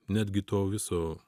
netgi to viso